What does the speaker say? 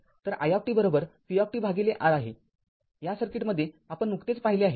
तरiVR आहे या सर्किटमध्ये आपण नुकतेच पाहिले आहे